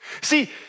See